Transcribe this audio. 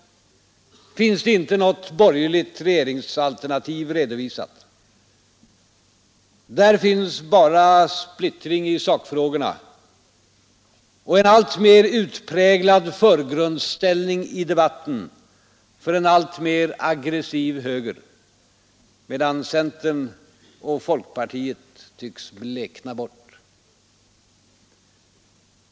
Där finns bara det inte något borgerligt regeringsalternativ redovisa splittring i sakfrågorna och en alltmer utpräglad förgrundsställning i debatten för en alltmer aggressiv höger, medan centern och folkpartiet tycks blekna bort.